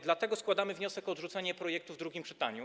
Dlatego składamy wniosek o odrzucenie projektu w drugim czytaniu.